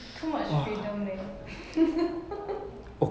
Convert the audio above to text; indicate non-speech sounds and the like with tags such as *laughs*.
too much freedom leh *laughs*